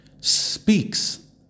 speaks